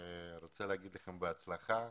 ורוצה לומר לכם בהצלחה.